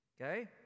Okay